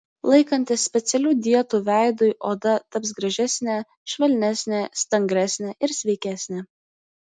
laikantis specialių dietų veidui oda taps gražesnė švelnesnė stangresnė ir sveikesnė